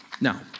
Now